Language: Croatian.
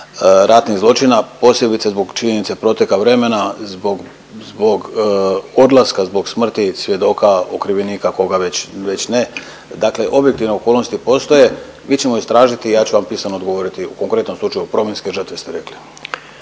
ratnih zločina, posebice zbog činjenice proteka vremena, zbog, zbog odlaska, zbog smrti svjedoka, okrivljenika, koga već, već ne. Dakle objektivne okolnosti postoje. Mi ćemo istražiti, ja ću vam pisano odgovoriti o konkretnom slučaju, prominske žrtve ste rekli.